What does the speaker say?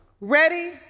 ready